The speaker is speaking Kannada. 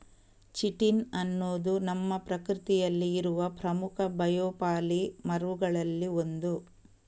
ಚಿಟಿನ್ ಅನ್ನುದು ನಮ್ಮ ಪ್ರಕೃತಿಯಲ್ಲಿ ಇರುವ ಪ್ರಮುಖ ಬಯೋಪಾಲಿಮರುಗಳಲ್ಲಿ ಒಂದು